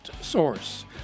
source